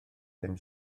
ddim